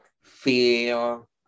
feel